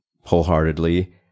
wholeheartedly